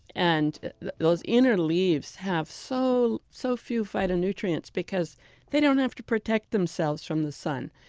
and those inner leaves have so so few phytonutrients because they don't have to protect themselves from the sun.